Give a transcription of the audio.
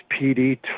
PD